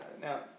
Now